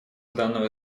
данного